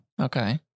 Okay